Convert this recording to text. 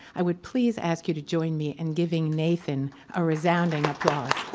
i would please ask you to join me in giving nathan a resounding applause.